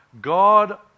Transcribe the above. God